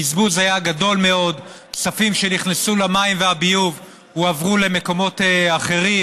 הבזבוז היה גדול מאוד וכספים שנכנסו למים והביוב הועברו למקומות אחרים,